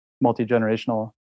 multi-generational